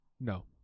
No